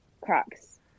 cracks